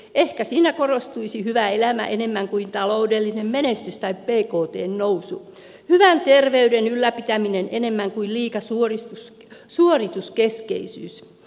ehkä siinä korostuisi hyvä elämä enemmän kuin taloudellinen menestys tai bktn nousu hyvän terveyden ylläpitäminen enemmän kuin liika suorituskeskeisyys